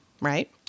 right